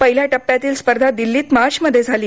पहिल्या टप्प्यातील स्पर्धा दिल्लीत मार्चमध्ये झाली